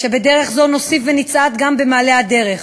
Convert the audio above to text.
שבדרך זו נוסיף ונצעד גם במעלה הדרך.